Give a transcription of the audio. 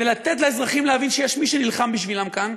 כדי לתת לאזרחים להבין שיש מי שנלחם בשבילם כאן,